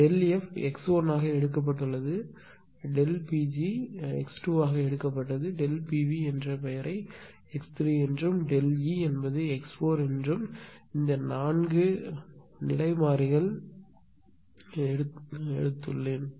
Δf x1 ஆக எடுக்கப்பட்டுள்ளது ΔP g x 2 ஆக எடுக்கப்பட்டது Pv என்ற பெயரை x3 என்றும் ΔE x4 என இந்த 4 நிலை மாறிகள் கொடுத்துள்ளேன்